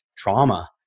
trauma